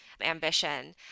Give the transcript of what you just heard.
ambition